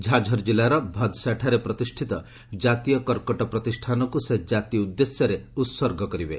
ଝାଝର୍ ଜିଲ୍ଲାର ଭାଦ୍ସାଠାରେ ପ୍ରତିଷ୍ଠିତ ଜାତୀୟ କର୍କଟ ପ୍ରତିଷ୍ଠାନକୁ ସେ ଜାତି ଉଦ୍ଦେଶ୍ୟରେ ଉତ୍ସର୍ଗ କରିବେ